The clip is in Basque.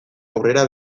aurrera